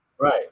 Right